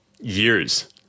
years